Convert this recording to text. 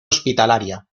hospitalaria